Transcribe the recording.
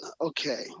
okay